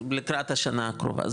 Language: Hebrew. לקראת השנה הקרובה.